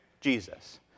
Jesus